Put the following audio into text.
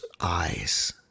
eyes